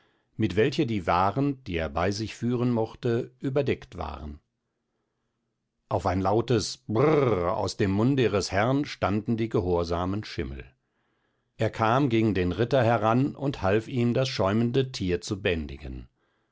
mit welcher die waren die er bei sich führen mochte überdeckt waren auf ein lautes brr aus dem munde ihres herrn standen die gehorsamen schimmel er kam gegen den ritter heran und half ihm das schäumende tier bändigen